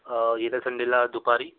येत्या संडेला दुपारी